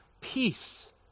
peace